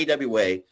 AWA